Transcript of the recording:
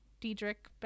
diedrich